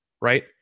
right